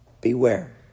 beware